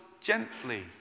gently